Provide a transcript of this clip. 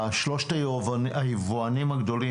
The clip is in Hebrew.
שלושת היבואנים הגדולים,